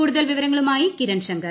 കൂടുതൽ വിവരങ്ങളുമായി കിരൺ ശങ്കർ